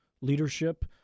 leadership